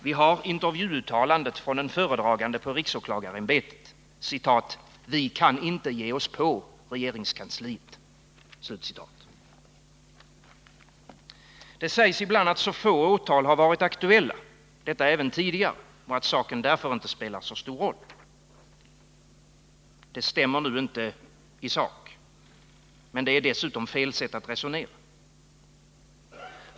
Vi har intervjuuttalandet från en föredragande på riksåklagarämbetet: ”Vi kan inte ge oss på regeringskansliet.” Det sägs ibland att så få åtal har varit aktuella — detta även tidigare — och att saken därför inte spelar så stor roll. Det stämmer nu inte i sak, men det är dessutom fel sätt att resonera.